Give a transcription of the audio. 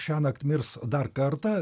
šiąnakt mirs dar kartą